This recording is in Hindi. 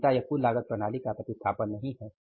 अन्यथा यह कुल लागत प्रणाली का प्रतिस्थापन नहीं है